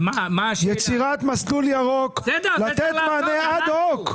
יצירת מסלול ירוק לתת מענה אד הוק.